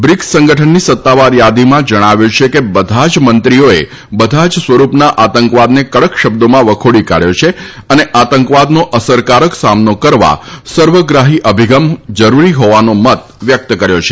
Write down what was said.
BRICS સંગઠનની સત્તાવાર યાદીમાં જણાવ્યું છે કે બધા જ મંત્રીઓએ બધા જ સ્વરૂપના આતંકવાદને કડક શબ્દોમાં વખોડી કાઢ્યો છે અને આતંકવાદનો અસરકારક સામનો કરવા સર્વગ્રાહી અભિગમ જરૂરી હોવાનો મત વ્યક્ત કર્યો છે